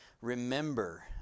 remember